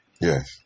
Yes